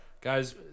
guys